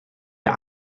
der